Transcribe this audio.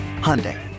Hyundai